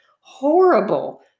horrible